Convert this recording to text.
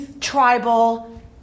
tribal